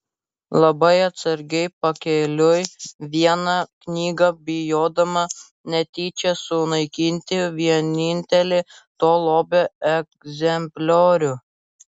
labai atsargiai pakėliau vieną knygą bijodama netyčia sunaikinti vienintelį to lobio egzempliorių